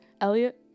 Elliot